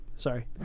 Sorry